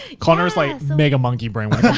connor's like mega monkey brain when